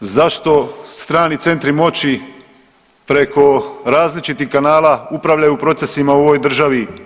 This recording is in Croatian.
Zašto strani centri moći preko različitih kanala upravljaju procesima u ovoj državi?